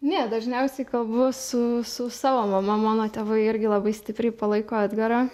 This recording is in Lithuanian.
ne dažniausiai kalbu su su savo mama mano tėvai irgi labai stipriai palaiko edgarą